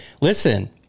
listen